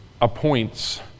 appoints